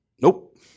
Nope